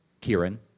Kieran